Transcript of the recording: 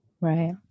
Right